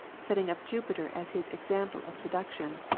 setting up jupiter as his example of seduction.